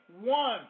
one